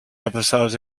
episodes